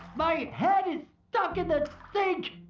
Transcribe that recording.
my head is stuck in the sink!